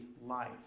life